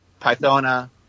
Pythona